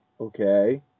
okay